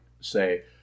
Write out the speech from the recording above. say